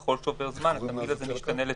ככל שעובר הזמן התמהיל משתנה לטובה.